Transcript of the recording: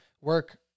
work